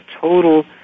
total